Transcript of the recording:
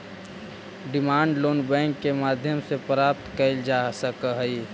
demand loan bank के माध्यम से प्राप्त कैल जा सकऽ हइ